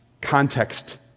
Context